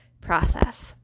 process